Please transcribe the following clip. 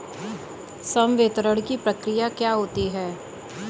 संवितरण की प्रक्रिया क्या होती है?